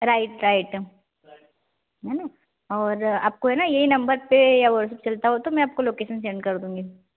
right right है न और आपको है न यही नम्बर पर वाट्सअप चलता हो तो लोकेशन सेंद कर दूँगी